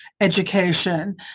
education